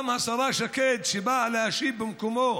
השרה שקד, שבאה להשיב במקומו